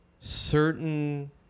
certain